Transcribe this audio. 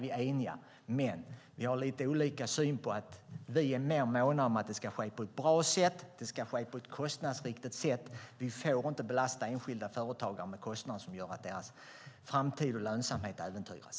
Men vi har lite olika syn. Vi är mer måna om att det ska ske på ett bra och kostnadsriktigt sätt. Vi får inte belasta enskilda företagare med kostnader som gör att deras framtid och lönsamhet äventyras.